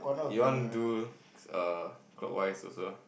you want do err clockwise also lah